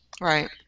Right